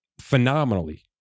phenomenally